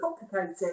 complicated